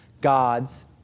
God's